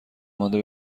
مانده